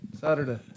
Saturday